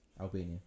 Albania